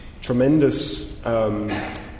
Tremendous